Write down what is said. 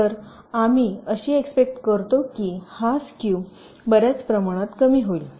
तर आम्ही अशी एक्स्पेक्ट करतो की हा स्क्यू बर्याच प्रमाणात कमी होईल